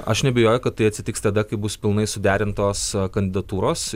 aš neabejoju kad tai atsitiks tada kai bus pilnai suderintos kandidatūros